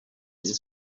rayon